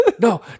No